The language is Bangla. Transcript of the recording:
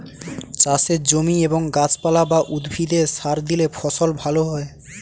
চাষের জমি এবং গাছপালা বা উদ্ভিদে সার দিলে ফসল ভালো হয়